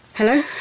Hello